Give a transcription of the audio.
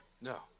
No